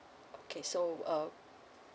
okay so uh